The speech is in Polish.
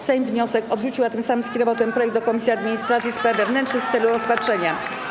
Sejm wniosek odrzucił, a tym samym skierował ten projekt do Komisji Administracji i Spraw Wewnętrznych w celu rozpatrzenia.